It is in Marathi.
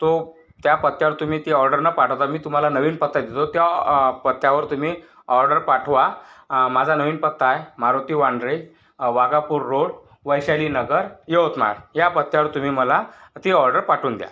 तो त्या पत्त्यावर तुम्ही ती ऑर्डर न पाठवता मी तुम्हाला नवीन पत्ता देतो त्या ऑ पत्त्यावर तुम्ही ऑर्डर पाठवा माझा नवीन पत्ता आहे मारुती वांड्रे वागापूर रोड वैशालीनगर यवतमाळ या पत्त्यावर तुम्ही मला ती ऑर्डर पाठवून द्या